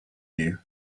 you